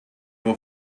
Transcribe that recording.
have